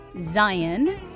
Zion